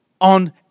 on